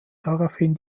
daraufhin